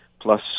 plus